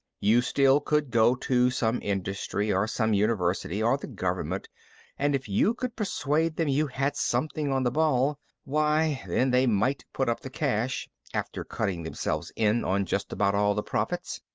you still could go to some industry or some university or the government and if you could persuade them you had something on the ball why, then, they might put up the cash after cutting themselves in on just about all of the profits.